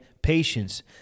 Patience